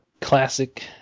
classic